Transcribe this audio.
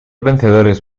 vencedores